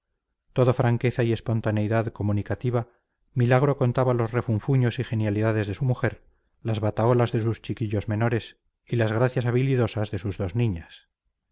todo franqueza y espontaneidad comunicativa milagro contaba los refunfuños y genialidades de su mujer las bataholas de sus chiquillos menores y las gracias habilidosas de sus dos niñas